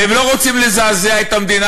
והם לא רוצים לזעזע את המדינה,